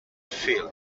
film